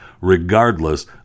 regardless